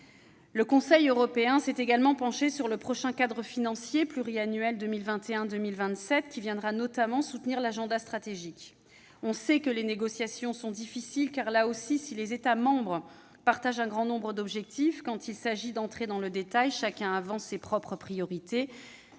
Le Conseil européen s'est également penché sur le prochain cadre financier pluriannuel 2021-2027, qui soutiendra notamment l'agenda stratégique. On sait que les négociations sont difficiles, car, là aussi, si les États membres partagent un grand nombre d'objectifs, lorsqu'il s'agit d'entrer dans les détails, chacun avance ses propres priorités.